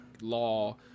law